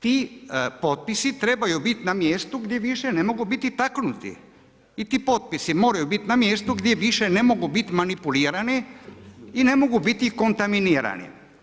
ti potpisi trebaju biti na mjestu gdje više ne mogu biti taknuti i ti potpisi moraju biti na mjestu gdje više ne mogu biti manipulirani i ne mogu biti kontaminirani.